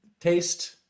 Taste